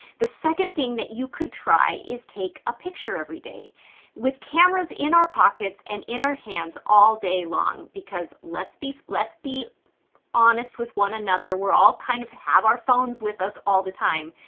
the second thing that you could try is take a picture every day with cameras in our pockets and in our hands all day long. because let's be let's be honest with one another, we all kind of have our phones with us all the time.